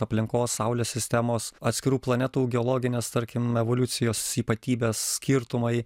aplinkos saulės sistemos atskirų planetų geologinės tarkim evoliucijos ypatybės skirtumai